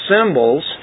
symbols